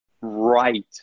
Right